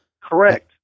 Correct